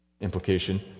Implication